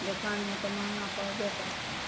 दोकानमे तऽ महङ्गा पड़बे करतै